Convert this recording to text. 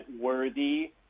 worthy